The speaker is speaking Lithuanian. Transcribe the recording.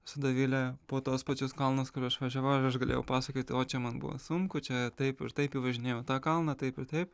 su dovile po tuos pačius kalnus kur aš važiavau ir aš galėjau pasakoti o čia man buvo sunku čia taip ir taip įvažinėjau į tą kalną taip ir taip